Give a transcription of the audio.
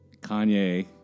Kanye